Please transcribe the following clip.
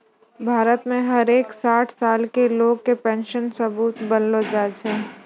भारत मे हर एक साठ साल के लोग के पेन्शन सबूत बनैलो जाय छै